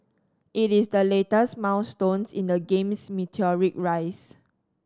it is the latest milestone in the game's meteoric rise